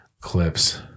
clips